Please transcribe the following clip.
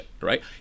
right